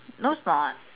no it's not